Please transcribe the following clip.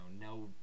no